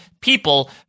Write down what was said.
people